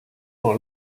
dans